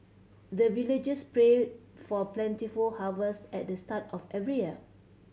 the villagers pray for plentiful harvest at the start of every year